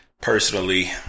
personally